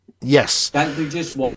Yes